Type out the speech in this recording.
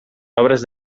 obres